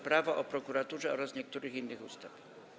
Prawo o prokuraturze oraz niektórych innych ustaw.